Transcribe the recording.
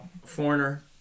Foreigner